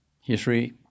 history